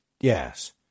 Yes